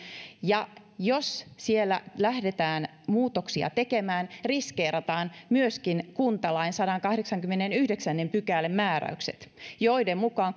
ja jos siellä lähdetään muutoksia tekemään riskeerataan myöskin kuntalain sadannenkahdeksannenkymmenennenyhdeksännen pykälän määräykset joiden mukaan